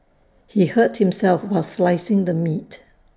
he hurt himself while slicing the meat